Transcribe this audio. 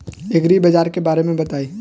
एग्रीबाजार के बारे में बताई?